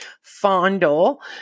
fondle